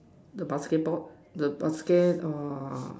the basketball the basket or